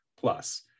plus